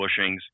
bushings